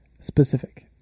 Specific